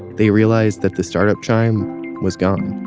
they realized that the startup chime was gone.